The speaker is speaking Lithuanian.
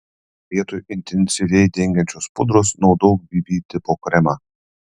vietoje intensyviai dengiančios pudros naudok bb tipo kremą